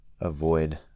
avoid